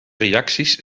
reacties